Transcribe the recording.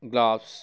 gloves